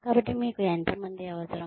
కాబట్టి మీకు ఎంత మంది అవసరం